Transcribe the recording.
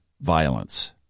violence